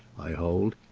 i hold,